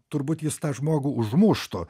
turbūt jis tą žmogų užmuštų